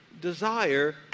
desire